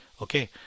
okay